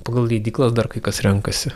pagal leidyklas dar kai kas renkasi